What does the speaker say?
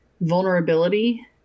vulnerability